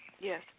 Yes